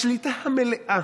השליטה המלאה